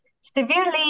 severely